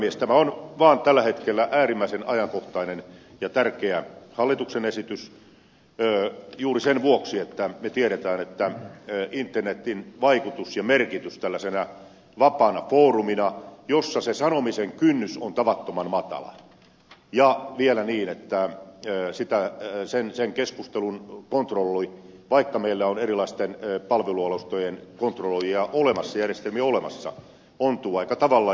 tämä on vaan tällä hetkellä äärimmäisen ajankohtainen ja tärkeä hallituksen esitys juuri sen vuoksi että me tiedämme internetin vaikutuksen ja merkityksen tällaisena vapaana foorumina jossa se sanomisen kynnys on tavattoman matala vielä kun sen keskustelun kontrolli vaikka meillä on erilaisten palvelualustojen kontrolloijia olemassa järjestelmiä olemassa ontuu aika tavalla